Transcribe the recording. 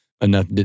enough